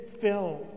film